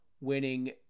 winning